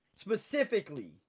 Specifically